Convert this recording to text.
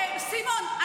סימון,